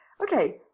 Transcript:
Okay